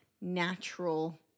natural